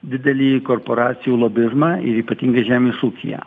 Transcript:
didelį korporacijų lobizmą ir ypatingai žemės ūkyje